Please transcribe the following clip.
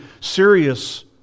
serious